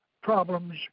problems